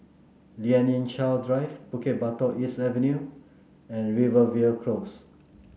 Lien Ying Chow Drive Bukit Batok East Avenue and Rivervale Close